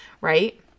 right